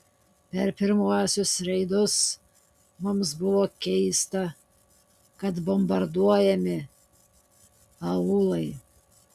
per pirmuosius reidus mums buvo keista kad bombarduojami aūlai